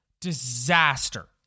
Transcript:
Disaster